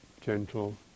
gentle